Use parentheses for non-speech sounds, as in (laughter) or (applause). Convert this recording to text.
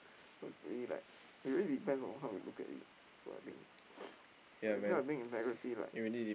because it's really like it really depends on how you look at it ah so I think (noise) this kind of thing integrity lah (noise)